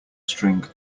string